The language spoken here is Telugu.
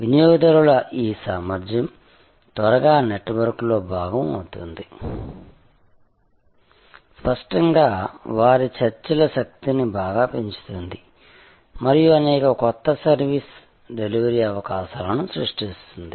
వినియోగదారుల ఈ సామర్థ్యం త్వరగా నెట్వర్క్లో భాగం అవుతుంది స్పష్టంగా వారి చర్చల శక్తిని బాగా పెంచుతుంది మరియు అనేక కొత్త సర్వీస్ డెలివరీ అవకాశాలను సృష్టిస్తుంది